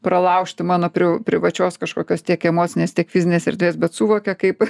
pralaužti mano pri privačios kažkokios tiek emocinės tiek fizinės erdvės bet suvokia kaip